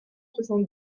soixante